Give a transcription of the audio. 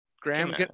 Graham